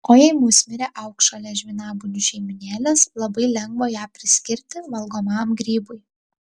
o jei musmirė augs šalia žvynabudžių šeimynėlės labai lengva ją priskirti valgomam grybui